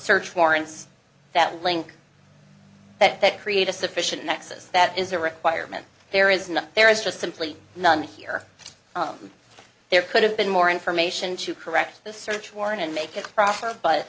search warrants that link that that create a sufficient nexus that is a requirement there is not there is just simply none here there could have been more information to correct the search warrant and make a profit b